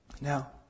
Now